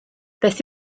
beth